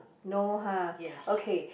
no ha okay